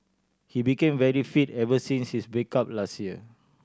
he became very fit ever since his break up last year